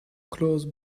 close